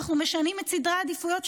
אנחנו משנים את סדרי העדיפויות,